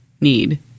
need